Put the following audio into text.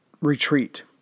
retreat